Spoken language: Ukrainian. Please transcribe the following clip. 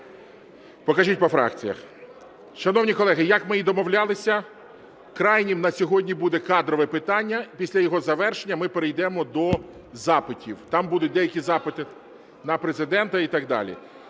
Покажіть по фракціях. Шановні колеги, як ми і домовлялися, крайнім на сьогодні буде кадрове питання, після його завершення ми перейдемо до запитів. Там будуть деякі запити на Президента і так далі.